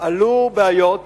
עלו בעיות